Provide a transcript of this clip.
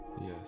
Yes